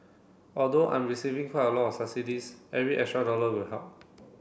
although I'm receiving quite a lot of subsidies every extra dollar will help